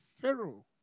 Pharaoh